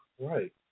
Right